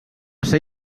ser